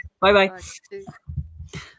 Bye-bye